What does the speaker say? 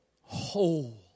whole